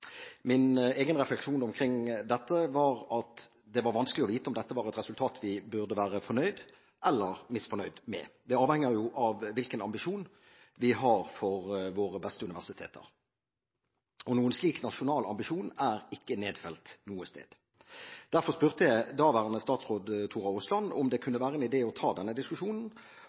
Min egen refleksjon omkring dette var at det var vanskelig å vite om dette var et resultat vi burde være fornøyd eller misfornøyd med. Det avhenger jo av hvilken ambisjon vi har for våre beste universiteter. Og noen slik nasjonal ambisjon er ikke nedfelt noe sted. Derfor spurte jeg daværende statsråd Tora Aasland om det kunne være en idé å ta denne diskusjonen,